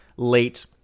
late